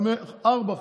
ארבעה,